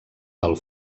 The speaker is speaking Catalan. del